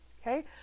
okay